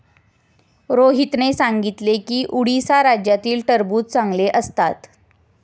रोहितने सांगितले की उडीसा राज्यातील टरबूज चांगले असतात